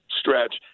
stretch